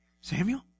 Samuel